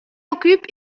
occupe